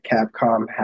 capcom